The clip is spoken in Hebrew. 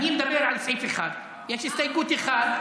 אני מדבר על סעיף 1. יש הסתייגות אחת,